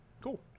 cool